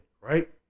right